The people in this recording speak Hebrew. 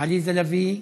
עליזה לביא,